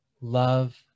love